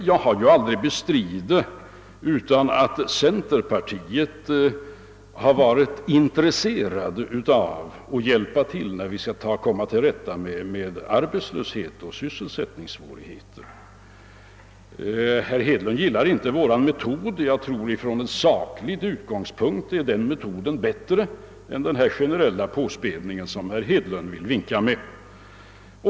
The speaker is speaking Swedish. Jag har aldrig bestridit att centerpartiet har varit intresserat av att hjälpa till i strävandena att komma till rätta med arbetslöshet och sysselsättningssvårigheter. Herr Hedlund gillar inte vår metod. Jag tror dock att den metoden från saklig utgångspunkt är bättre än den generella påspädning som herr Hedlund vinkat med.